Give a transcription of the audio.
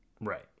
right